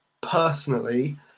personally